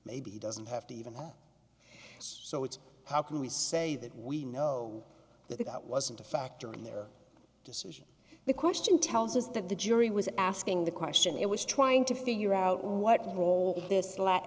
maybe he doesn't have to even so it's how can we say that we know that that wasn't a factor in their decision the question tells us that the jury was asking the question it was trying to figure out what role this lack